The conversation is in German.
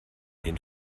den